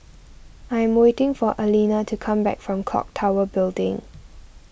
I am waiting for Alina to come back from Clock Tower Building